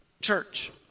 Church